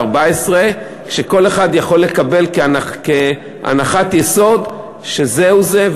וכל אחד יכול לקבל כהנחת יסוד שזהו זה,